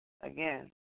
Again